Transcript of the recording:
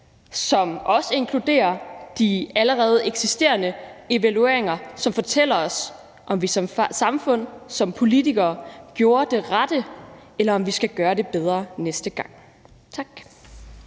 som også inkluderer de allerede eksisterende evalueringer, som fortæller os, om vi som samfund, som politikere gjorde det rette, eller om vi skal gøre det bedre næste gang. Tak.